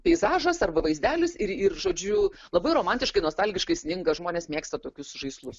peizažas arba vaizdelis ir ir žodžiu labai romantiškai nostalgiškai sninga žmonės mėgsta tokius žaislus